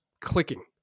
clicking